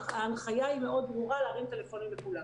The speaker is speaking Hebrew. ההנחיה היא מאוד ברורה להרים טלפונים לכולם.